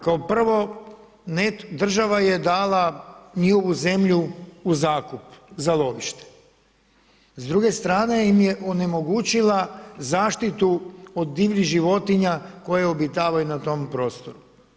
Kao prvo, država je dala njihovu zemlju u zakup za lovište, s druge strane im je onemogućila zaštitu od divljih životinja koje obitavaju na tom prostoru.